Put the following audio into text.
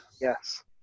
Yes